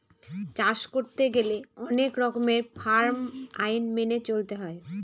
চাষ করতে গেলে অনেক রকমের ফার্ম আইন মেনে চলতে হয়